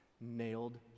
nailed